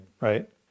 Right